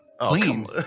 Clean